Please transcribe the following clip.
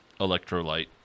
Electrolyte